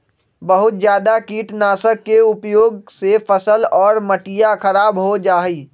बहुत जादा कीटनाशक के उपयोग से फसल और मटिया खराब हो जाहई